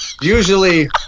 Usually